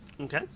Okay